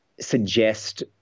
suggest